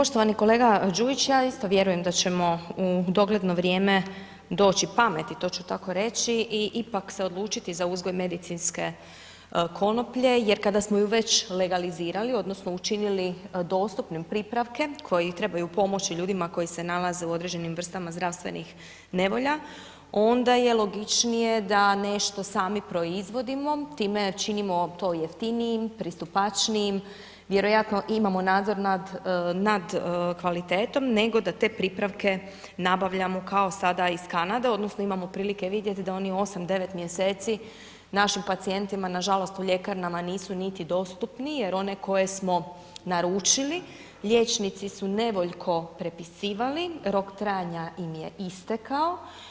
Poštovani kolega Đujić, ja isto vjerujem da ćemo u dogledno vrijeme doći pameti, to ću tako reći i ipak se odlučiti za uzgoj medicinske konoplje jer kada smo ju već legalizirali odnosno učinili dostupnim pripravke koji trebaju pomoći ljudima koji se nalaze u određenim vrstama zdravstvenih nevolja, onda je logičnije, da nešto sami proizvodimo, time činimo to jeftinijim, pristupačnijim, vjerojatno imamo nadzor nad kvalitetom, nego da te pripravke nabavljamo kao sada iz Kanade, odnosno, imamo prilike vidjeti da oni u 8, 9 mj. našim pacijentima nažalost u ljekarnama nisu niti dostupni, jer one koje smo naručili, liječnici su nevoljko prepisivali rok trajanja im je istekao.